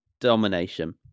domination